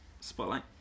Spotlight